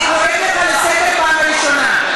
אני קוראת לך לסדר בפעם הראשונה.